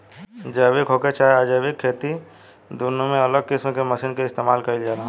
जैविक होखे चाहे अजैविक खेती दुनो में अलग किस्म के मशीन के इस्तमाल कईल जाला